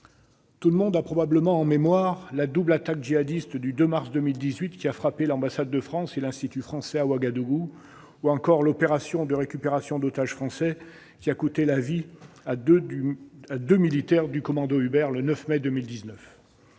Tout le monde a probablement en mémoire la double attaque djihadiste du 2 mars 2018 qui a frappé l'ambassade de France et l'Institut français de Ouagadougou, ou encore l'opération de récupération d'otages français qui a coûté la vie à deux militaires du commando Hubert le 9 mai 2019.